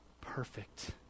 perfect